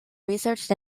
researched